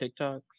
TikToks